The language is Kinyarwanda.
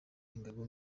ingabo